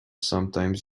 sometimes